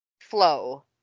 flow